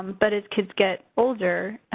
but as kids get older,